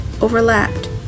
overlapped